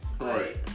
Right